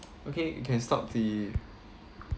okay you can stop the